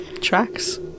tracks